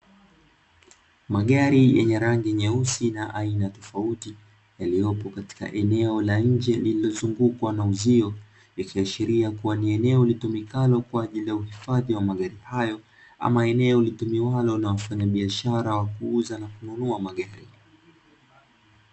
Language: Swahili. Magari yenye rangi nyeusi na aina tofauti yaliyopo katika eneo la nje lililozungukwa na uzio, ikishiria kuwa ni eneo litumikalo kwa ajili ya uhifadhi wa magari hayo ama eneo litumiwalo na wafanyabiashara wa kuuza na kununua magari.